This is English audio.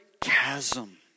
chasm